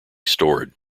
stored